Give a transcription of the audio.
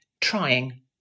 trying